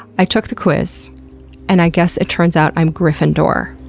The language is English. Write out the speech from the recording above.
i took the quiz and i guess it turns out i'm gryffindor.